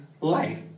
life